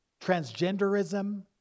Transgenderism